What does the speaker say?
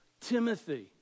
Timothy